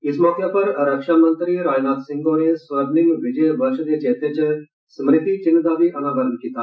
इस मौके पर रक्षा मंत्री राजनाथ सिंह होरें 'स्वर्णिम विजय वर्ष' दे चैते च स्मृति चिन्ह दा बी अनावरण कीता